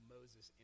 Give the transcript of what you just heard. Moses